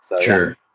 Sure